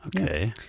Okay